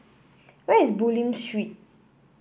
where is Bulim Street